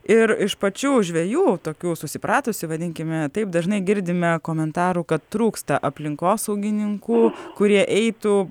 ir iš pačių žvejų tokių susipratusių vadinkime taip dažnai girdime komentarų kad trūksta aplinkosaugininkų kurie eitų